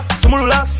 sumulula